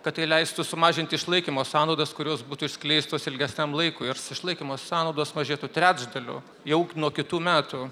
kad tai leistų sumažint išlaikymo sąnaudas kurios būtų išskleistos ilgesniam laikui ir su išlaikymo sąnaudos mažėtų trečdaliu jau nuo kitų metų